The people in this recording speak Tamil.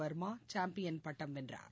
வர்மா சாம்பியன் பட்டம் வென்றார்